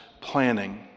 planning